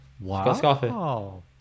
Wow